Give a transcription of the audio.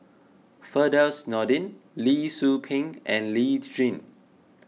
Firdaus Nordin Lee Tzu Pheng and Lee Tjin